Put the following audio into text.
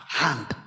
hand